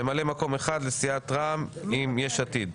ממלא מקום אחד לסיעת רע"מ עם יש עתיד.